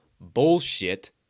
bullshit